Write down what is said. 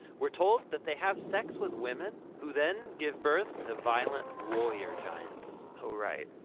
we are told that they have sex with women who then give birth to violent warrior giants. oh, right.